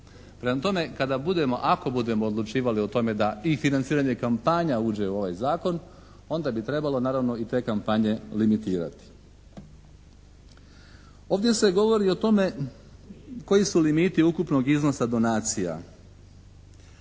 budemo, ako budemo odlučivali o tome da i financiranje kampanja uđe u ovaj zakon onda bi trebalo naravno i te kampanje limitirati. Ovdje se govori o tome koji su limiti ukupnog iznosa donacija.